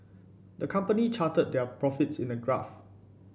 the company charted their profits in a graph